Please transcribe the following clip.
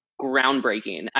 groundbreaking